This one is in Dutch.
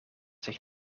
zich